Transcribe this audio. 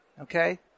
okay